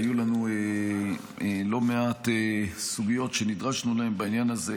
היו לנו לא מעט סוגיות שנדרשנו אליהן בעניין הזה,